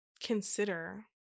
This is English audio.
consider